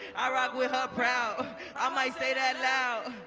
i rock with her proud i might say that loud